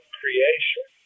creation